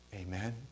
Amen